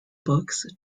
books